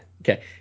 Okay